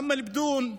אום אלבדון,